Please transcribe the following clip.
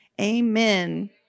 Amen